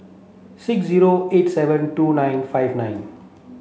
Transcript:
six zero eight seven two nine five nine